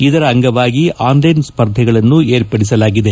ಇದರ ಅಂಗವಾಗಿ ಆನ್ಲೈನ್ ಸ್ಪರ್ಧಗಳನ್ನು ಏರ್ಪಡಿಸಲಾಗಿದೆ